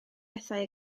bethau